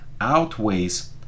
outweighs